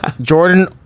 Jordan